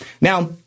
Now